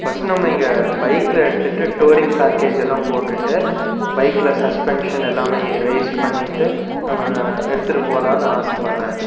first நம்ம இங்கே பைக்கில் எடுத்துட்டு டூரிங் பேக்கேஜ் எல்லாம் போட்டுவிட்டு பைக்கில் சஸ்பென்ஷன் எல்லாமே ரைஸ் பண்ணிட்டு நம்ம எடுத்துட்டு போகலான்னு ஆசப்படுறேன்